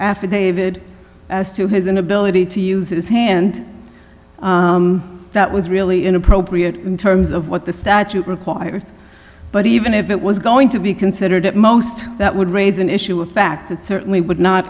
affidavit as to his inability to use his hand that was really inappropriate in terms of what the statute requires but even if it was going to be considered at most that would raise an issue of fact that certainly would not